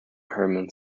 hermon